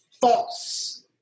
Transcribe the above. false